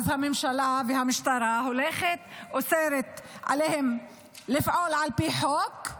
אז הממשלה והמשטרה הולכות ואוסרות עליהם לפעול על פי חוק,